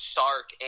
Stark